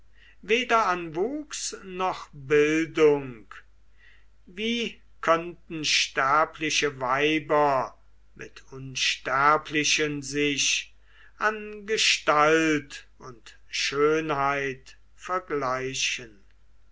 weder an wuchs noch bildung wie könnten sterbliche weiber mit unsterblichen sich an gestalt und schönheit vergleichen